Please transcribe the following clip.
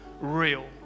real